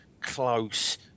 close